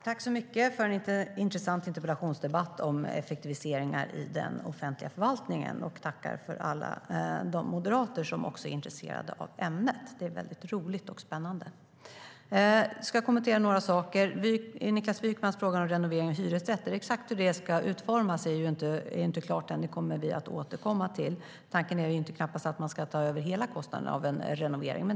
Fru talman! Tack så mycket för en intressant interpellationsdebatt om effektiviseringar i den offentliga förvaltningen! Jag tackar också för alla de moderater som är intresserade av ämnet; det är roligt och spännande. Jag ska kommentera några saker. Niklas Wykman frågade om renovering av hyresrätter. Exakt hur det ska utformas är inte klart ännu. Det kommer vi att återkomma till. Tanken är knappast att man ska ta över hela kostnaden av en renovering.